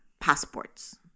passports